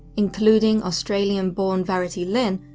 including australian-born verity linn,